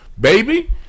Baby